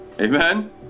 Amen